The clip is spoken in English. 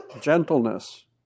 gentleness